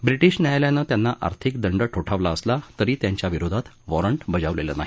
British न्यायालयानं त्यांना आर्थिक दंड ठोठावला असला तरी त्यांच्याविरोधात वॉरंट बजावलेलं नाही